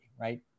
right